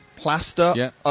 plaster